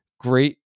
great